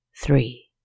three